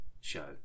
show